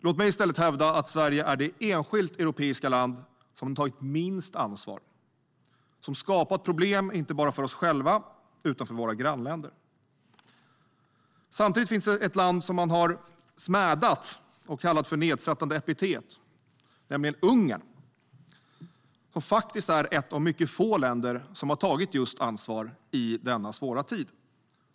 Låt mig i stället hävda att Sverige är det enskilda europeiska land som tagit minst ansvar och som skapat problem inte bara för oss själva utan för våra grannländer. Samtidigt finns ett land som man har smädat och kallat med nedsättande epitet, nämligen Ungern. Det är faktiskt ett av mycket få länder som har tagit just ansvar i denna svåra tid.